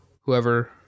whoever